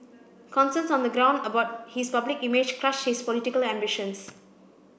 concerns on the ground about his public image crushed his political ambitions